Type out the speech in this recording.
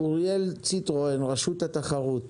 אוריאל סיטרואן, רשות התחרות,